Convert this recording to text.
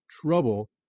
trouble